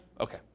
Okay